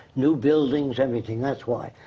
new buildings, everything. that's why.